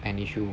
an issue